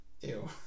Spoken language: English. Ew